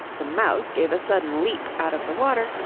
the mouse gave a sudden leap out of the water,